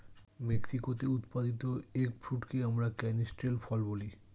মেক্সিকোতে উৎপাদিত এগ ফ্রুটকে আমরা ক্যানিস্টেল ফল বলি